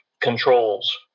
controls